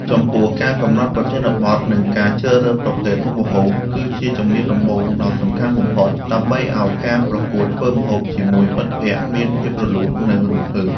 ចំពោះ ការកំណត់ប្រធានបទ និងការជ្រើសរើសប្រភេទមុខម្ហូប គឺជាជំហានដំបូងដ៏សំខាន់បំផុត ដើម្បីឱ្យការប្រកួតធ្វើម្ហូបជាមួយមិត្តភក្តិមានភាពរលូន និងរំភើប។